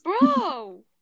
Bro